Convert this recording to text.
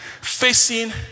facing